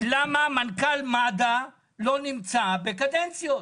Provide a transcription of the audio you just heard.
למה מנכ"ל מד"א לא נמצא בקדנציות.